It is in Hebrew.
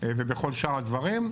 ובכל שאר הדברים,